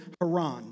Haran